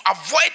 avoid